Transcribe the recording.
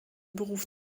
beruf